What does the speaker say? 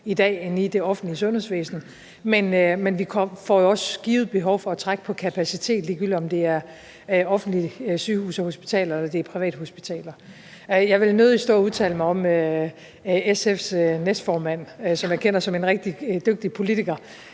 steder end i det offentlige sundhedsvæsen, men vi får jo givet også et behov for at trække på kapacitet, ligegyldigt om det er offentlige sygehuse og hospitaler eller det er privathospitaler. Jeg vil nødig stå og udtale mig om SF's næstformand, som jeg kender som en rigtig dygtig politiker,